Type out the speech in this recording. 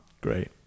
Great